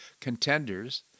contenders